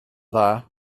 dda